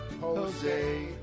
Jose